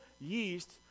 yeast